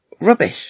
rubbish